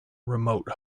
remote